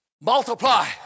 multiply